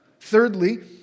Thirdly